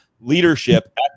leadership